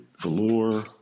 velour